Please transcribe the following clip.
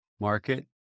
market